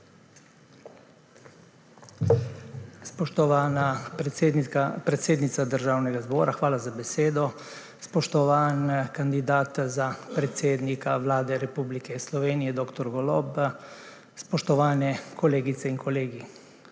Spoštovana predsednica Državnega zbora, hvala za besedo. Spoštovani kandidat za predsednika Vlade Republike Slovenije dr. Golob! Spoštovane kolegice in kolegi!